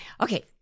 okay